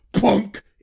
punk